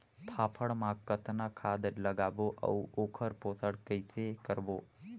फाफण मा कतना खाद लगाबो अउ ओकर पोषण कइसे करबो?